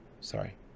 sorry